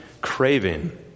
craving